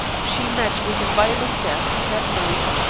she met with a violent death that night,